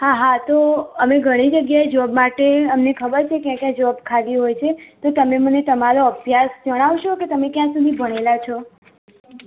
હા હા તો અમે ઘણી જગ્યાએ જોબ માટે અમને ખબર છે કે ક્યાં ક્યાં જોબ ખાલી હોય છે તમે મને તમારો અભ્યાસ જણાવશો કે તમે ક્યાં સુધી ભણેલા છો